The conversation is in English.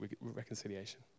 reconciliation